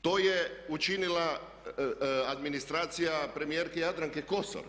To je učinila administracija premijerke Jadranke Kosor